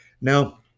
Now